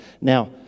Now